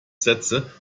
sätze